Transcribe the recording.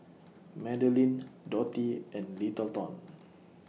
Madelyn Dottie and Littleton